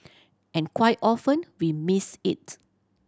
and quite often we missed it